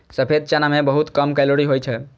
सफेद चना मे बहुत कम कैलोरी होइ छै